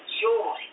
joy